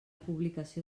publicació